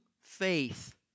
faith